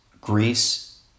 Greece